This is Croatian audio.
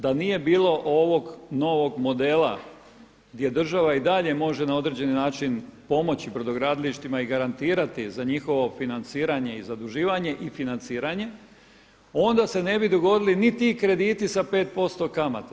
Da nije bilo ovog novog modela gdje država i dalje može na određeni način pomoći brodogradilištima i garantirati za njihovo financiranje i zaduživanje i financiranje, onda se ne bi dogodili ni ti krediti sa 5% kamate.